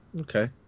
Okay